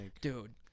Dude